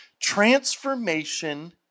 Transformation